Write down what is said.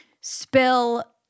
spill